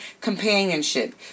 companionship